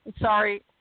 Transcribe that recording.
sorry